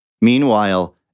Meanwhile